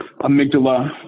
amygdala